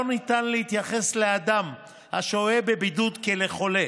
ניתן להתייחס לאדם השוהה בבידוד כאל חולה,